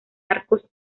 arcos